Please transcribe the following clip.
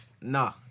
nah